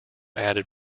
added